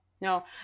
No